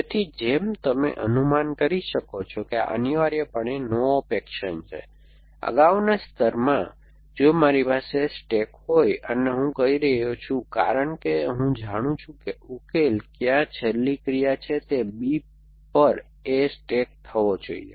તેથી જેમ તમે અનુમાન કરી શકો છો કે આ અનિવાર્યપણે નો ઓપ એક્શન છે તેથી અગાઉના સ્તરમાં જો મારી પાસે સ્ટેક હોય અને હું કહી રહ્યો છું કારણ કે હું જાણું છું કે ઉકેલ ક્યાં છેલ્લી ક્રિયા છે તે B પર A સ્ટેક થવો જોઈએ